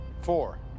Four